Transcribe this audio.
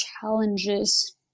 challenges